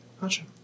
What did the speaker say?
Gotcha